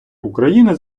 україни